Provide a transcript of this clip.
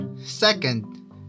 Second